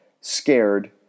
Scared